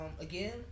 Again